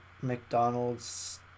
McDonald's